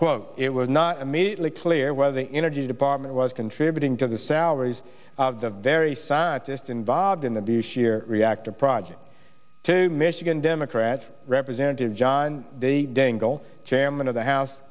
quote it was not immediately clear whether the energy department was contributing to the salaries of the very scientists involved in the dish year reactor project to a michigan democrat representative john the dangle chairman of the house